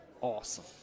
awesome